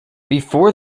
before